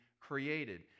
created